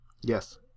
yes